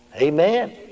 Amen